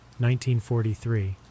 1943